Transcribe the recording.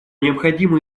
необходимо